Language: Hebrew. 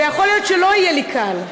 ויכול להיות שלא יהיה לי קל,